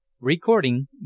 Recording